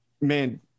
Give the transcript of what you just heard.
Man